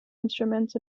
instruments